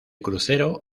crucero